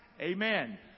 Amen